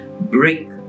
break